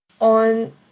on